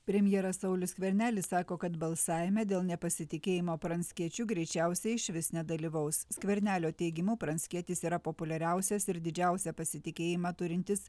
premjeras saulius skvernelis sako kad balsavime dėl nepasitikėjimo pranckiečiu greičiausiai išvis nedalyvaus skvernelio teigimu pranckietis yra populiariausias ir didžiausią pasitikėjimą turintis